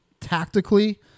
tactically